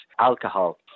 alcohol